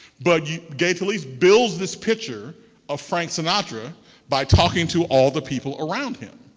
but gay talese builds this picture of frank sinatra by talking to all the people around him.